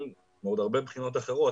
גם מעוד הרבה בחינות אחרות,